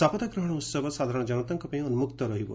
ଶପଥଗ୍ରହଣ ଉତ୍ସବ ସାଧାରଣ ଜନତାଙ୍କ ପାଇଁ ଉନ୍ନୁକ୍ତ ରହିବ